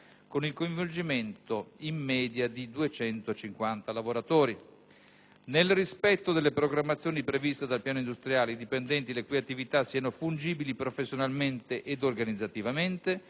con il coinvolgimento in media di 250 lavoratori e che, nel rispetto delle programmazioni previste dal piano industriale, i dipendenti le cui attività siano fungibili professionalmente ed organizzativamente,